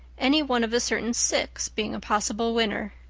any one of a certain six being a possible winner.